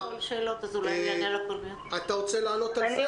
את רוצה לענות על זה?